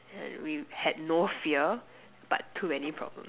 and we had no fear but too many problems